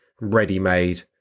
ready-made